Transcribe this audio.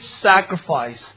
sacrifice